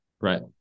Right